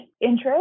interest